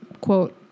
quote